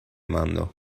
mando